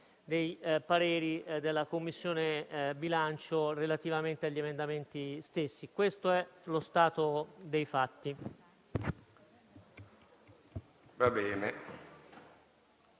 dei pareri della Commissione bilancio relativamente agli emendamenti stessi. Questo è lo stato dei fatti.